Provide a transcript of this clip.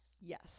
Yes